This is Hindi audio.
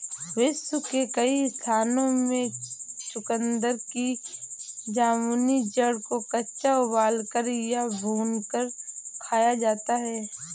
विश्व के कई स्थानों में चुकंदर की जामुनी जड़ को कच्चा उबालकर या भूनकर खाया जाता है